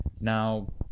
Now